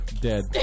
dead